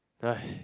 !haiya!